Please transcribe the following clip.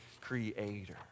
Creator